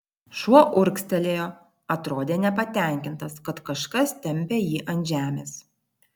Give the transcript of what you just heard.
šuo urgztelėjo atrodė nepatenkintas kad kažkas tempia jį ant žemės